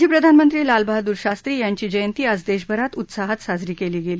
माजी प्रधानमंत्री लालबहादूर शास्त्री यांची जयंती आज देशभरात उत्साहात साजरी केली गेली